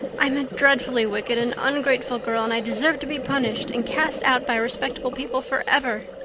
i'm a dreadfully wicked and ungrateful girl, and i deserve to be punished and cast out by respectable people forever.